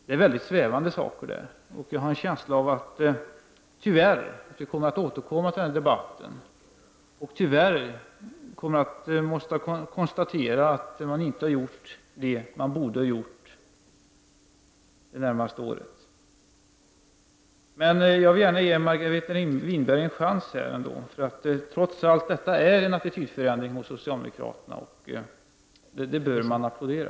Det är väldigt svävande saker, och jag har en känsla av att vi får återkomma till den debatten. Tyvärr måste jag konstatera att det inte har gjorts som borde ha gjorts under det senaste året. Men jag vill gärna ge Margareta Winberg en chans ändå, för det har trots allt skett en attitydförändring hos socialdemokraterna, och det bör man applådera.